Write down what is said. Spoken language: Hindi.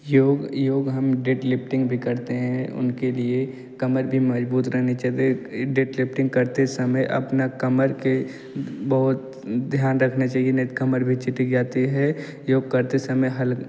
योग योग हम डेडलिफ्टिंग भी करते हैं उनके लिए कमर भी मज़बूत रहनी चाहिए डेडलिफ्टिंग करते समय अपनी कमर का बहुत ध्यान रखना चहिए नहीं तो कमर भी चिटक जाती है योग करते समय हल